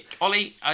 Ollie